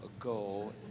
ago